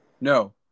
No